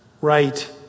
right